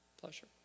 pleasure